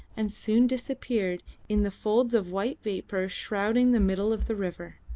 and soon disappeared in the folds of white vapour shrouding the middle of the river.